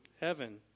heaven